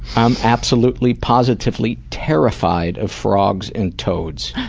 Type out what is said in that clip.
i'm absolutely positively terrified of frogs and toads.